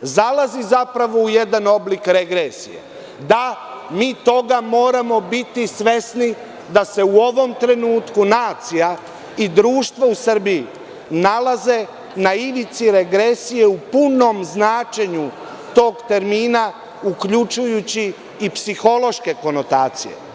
zalazi zapravo u jedan oblik regresije da mi toga moramo biti svesni da se u ovom trenutku nacija i društvo u Srbiji nalaze na ivici regresije u punom značenju tog termina, uključujući i psihološke konotacije.